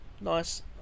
Nice